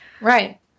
Right